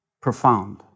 profound